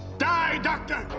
die, doctor!